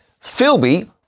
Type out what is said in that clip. Philby